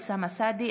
אוסאמה סעדי,